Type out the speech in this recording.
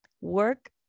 work